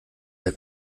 der